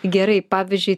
gerai pavyzdžiui